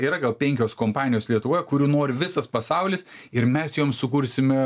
yra gal penkios kompanijos lietuvoje kurių nori visas pasaulis ir mes joms sukursime